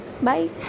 bye